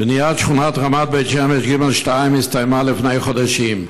בניית שכונת רמת בית שמש ג'2 הסתיימה לפני חודשים.